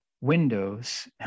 windows